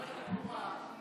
שרת התחבורה,